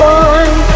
one